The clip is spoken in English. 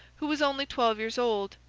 who was only twelve years old,